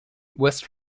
west